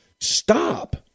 Stop